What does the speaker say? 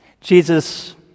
Jesus